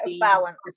balance